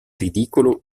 ridicolo